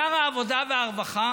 שר העבודה והרווחה